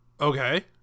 Okay